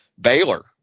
Baylor